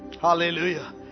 Hallelujah